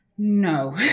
no